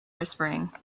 whispering